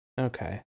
Okay